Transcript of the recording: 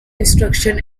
instruction